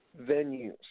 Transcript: venues